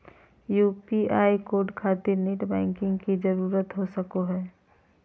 UPI code खातिर net banking की जरूरत हो सके ला?